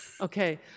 Okay